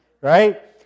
right